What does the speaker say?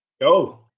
go